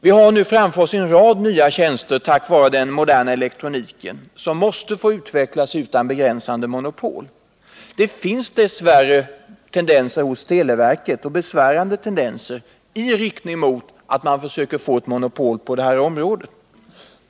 Vi har nu framför oss en rad nya tjänster tack vare den moderna elektroniken, som måste få utvecklas utan begränsande monopol. Det finns dess värre besvärande tendenser hos televerket i riktning mot att få ett monopol på detta område.